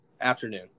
afternoon